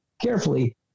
carefully